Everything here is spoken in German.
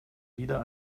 wieder